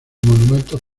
monumentos